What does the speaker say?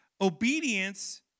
obedience